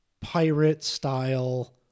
pirate-style